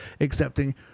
accepting